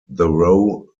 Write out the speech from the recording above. thorough